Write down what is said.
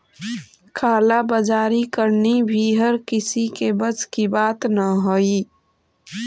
काला बाजारी करनी भी हर किसी के बस की बात न हई